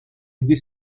aider